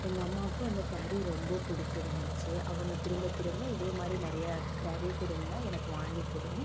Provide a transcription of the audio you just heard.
எங்கள் அம்மாவுக்கும் அந்த ஸாரீ ரொம்ப பிடிச்சிருந்துச்சு அவங்க திரும்ப திரும்ப இதே மாதிரி நிறையா ஸாரீஸ் இருந்தால் எனக்கு வாங்கி கொடுன்னு